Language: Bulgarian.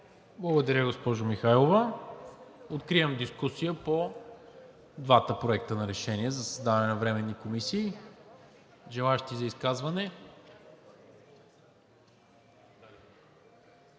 Благодаря, госпожо Михайлова. Откривам дискусия по двата проекта на решения за създаване на временни комисии. Желаещи за изказвания?